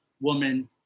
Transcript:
woman